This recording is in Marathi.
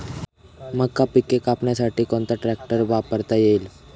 मका पिके कापण्यासाठी कोणता ट्रॅक्टर वापरता येईल?